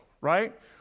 Right